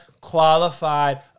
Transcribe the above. qualified